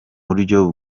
buryo